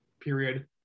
period